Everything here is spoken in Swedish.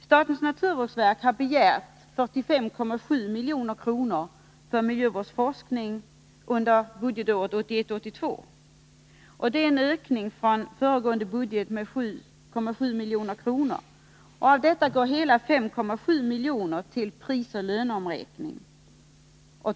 Statens naturvårdsverk har begärt 45,7 milj.kr. för miljövårdsforskning under budgetåret 1981/82. Det är en ökning från föregående budget med 7,7 milj.kr. Av detta går hela 5,7 milj.kr. till prisoch löneomräkning.